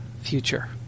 future